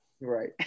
Right